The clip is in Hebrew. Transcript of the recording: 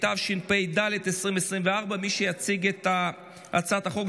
התשפ"ד 2024. מי שיציג את הצעת החוק,